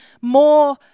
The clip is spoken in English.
more